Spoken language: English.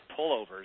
pullovers